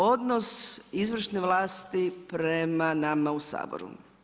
Odnos izvršne vlasti prema nama u Saboru.